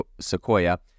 Sequoia